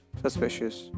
suspicious